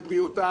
לבריאותה